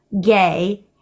gay